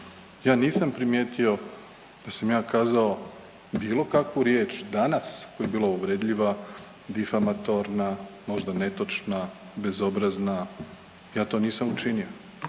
Ja nisam primijetio da sam ja kazao bilo kakvu riječ danas koja je bila uvredljiva, difamatorna, možda netočna, bezobrazna, ja to nisam učinio.